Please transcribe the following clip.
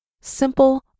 simple